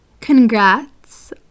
Congrats